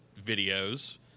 videos